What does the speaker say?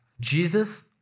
Jesus